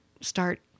start